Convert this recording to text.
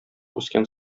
үскән